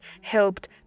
helped